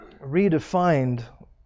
redefined